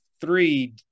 three